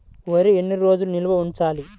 వరి ఎన్ని రోజులు నిల్వ ఉంచాలి?